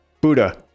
Buddha